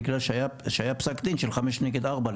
בגלל שהיה פסק דין של חמש נגד ארבע,